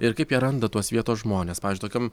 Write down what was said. ir kaip jie randa tuos vietos žmones pavydžiui tokiom